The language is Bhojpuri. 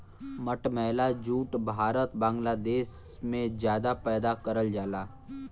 मटमैला जूट भारत बांग्लादेश में जादा पैदा करल जाला